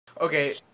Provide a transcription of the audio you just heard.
okay